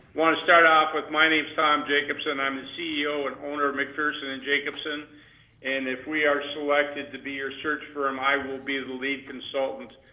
want to start off with my name's tom jacobson. i'm the and ceo and owner of mcpherson and jacobson and if we are selected to be your search firm, i will be the lead consultant.